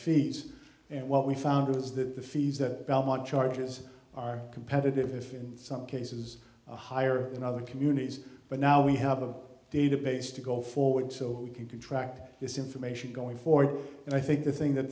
fees and what we found is that the fees that belmont charges are competitive if in some cases higher than other communities but now we have a database to go forward so we can contract this information going forward and i think the thing